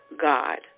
God